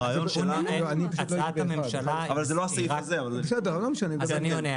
אז אני עונה,